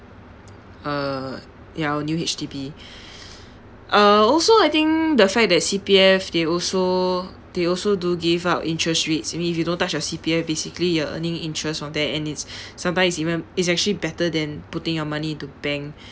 uh ya our new H_D_B uh also I think the fact that C_P_F they also they also do give out interest rates I mean if you don't touch your C_P_F basically you are earning interest on that and it's sometimes it's even it's actually better than putting your money into bank